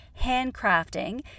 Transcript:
handcrafting